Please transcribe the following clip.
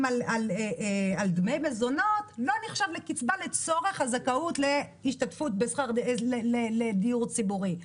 דמי המזונות לא נחשבים לקצבה לצורך הזכאות לדיור ציבורי.